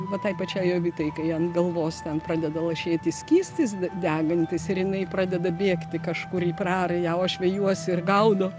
va tai pačiai jovitai kai ant galvos ten pradeda lašėti skystis degantis ir jinai pradeda bėgti kažkur į prarają o aš vejuosi ir gaudau